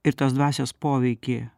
ir tos dvasios poveikį